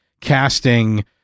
casting